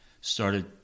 started